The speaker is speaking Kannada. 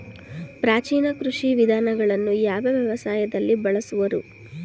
ಪ್ರಾಚೀನ ಕೃಷಿ ವಿಧಾನಗಳನ್ನು ಯಾವ ವ್ಯವಸಾಯದಲ್ಲಿ ಬಳಸುವರು?